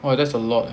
!wah! that's a lot